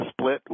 split